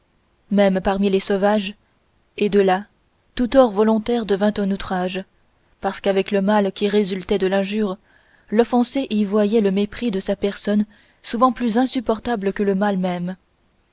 même parmi les sauvages et de là tout tort volontaire devint un outrage parce qu'avec le mal qui résultait de l'injure l'offensé y voyait le mépris de sa personne souvent plus insupportable que le mal même